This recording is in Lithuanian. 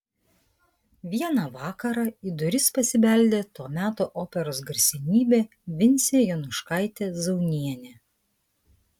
vieną vakarą į duris pasibeldė to meto operos garsenybė vincė jonuškaitė zaunienė